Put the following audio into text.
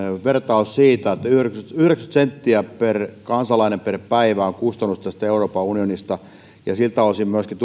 vertauksesta että yhdeksänkymmentä senttiä per kansalainen per päivä on kustannus euroopan unionista ja että siltä osin myöskin